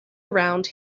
around